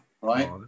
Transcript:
Right